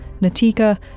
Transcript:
Natika